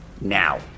now